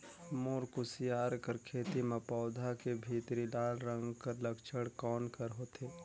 मोर कुसियार कर खेती म पौधा के भीतरी लाल रंग कर लक्षण कौन कर होथे?